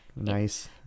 Nice